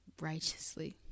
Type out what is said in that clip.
righteously